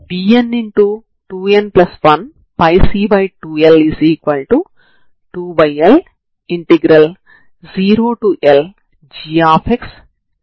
ఇది ఈ విధంగా మారుతుంది